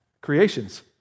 creations